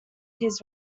his